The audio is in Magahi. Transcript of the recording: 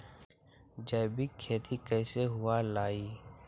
जैविक खेती कैसे हुआ लाई?